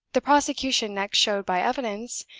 the prosecution next showed by evidence,